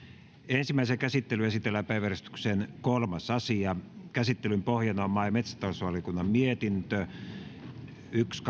ensimmäiseen käsittelyyn esitellään päiväjärjestyksen kolmas asia käsittelyn pohjana on maa ja metsätalousvaliokunnan mietintö yksi